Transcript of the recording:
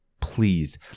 Please